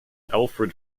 alfred